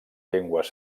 llengües